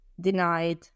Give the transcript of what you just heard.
denied